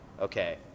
okay